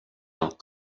alt